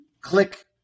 click